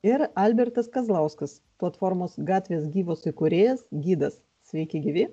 ir albertas kazlauskas platformos gatvės gyvos įkūrėjas gidas sveiki gyvi